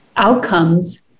outcomes